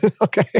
Okay